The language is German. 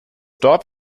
dorf